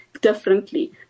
differently